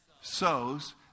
sows